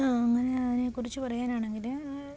അങ്ങനെ അതിനെക്കുറിച്ച് പറയാൻ ആണെങ്കിൽ